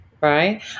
right